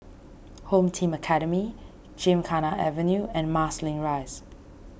Home Team Academy Gymkhana Avenue and Marsiling Rise